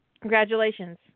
Congratulations